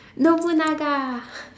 nobunaga